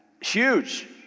huge